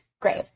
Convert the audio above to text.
great